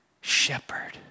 shepherd